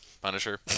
Punisher